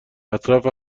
اطراف